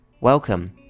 Welcome